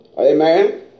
Amen